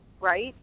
right